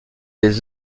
des